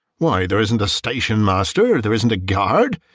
why, there isn't a station-master, there isn't guard,